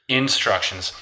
instructions